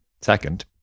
Second